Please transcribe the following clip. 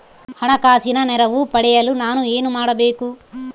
ಹಣಕಾಸಿನ ನೆರವು ಪಡೆಯಲು ನಾನು ಏನು ಮಾಡಬೇಕು?